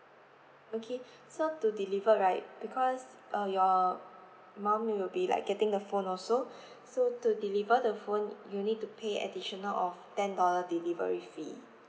okay so to deliver right because uh your mum will be like getting the phone also so to deliver the phone you need to pay additional of ten dollar delivery fee